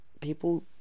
people